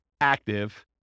active